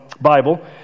Bible